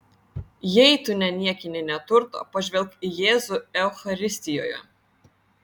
jei tu neniekini neturto pažvelk į jėzų eucharistijoje